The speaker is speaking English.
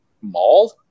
mall